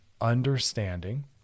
understanding